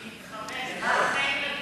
היא מתחבאת, לא נעים לה לשמוע.